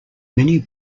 many